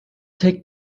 tek